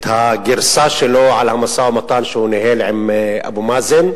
את הגרסה שלו על המשא-ומתן שהוא ניהל עם אבו מאזן,